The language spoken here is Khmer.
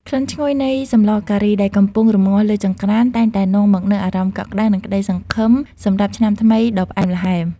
ក្លិនឈ្ងុយនៃ "សម្លការី" ដែលកំពុងរម្ងាស់លើចង្ក្រាន តែងតែនាំមកនូវអារម្មណ៍កក់ក្ដៅ និងក្ដីសង្ឃឹមសម្រាប់ឆ្នាំថ្មីដ៏ផ្អែមល្ហែម។